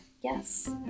Yes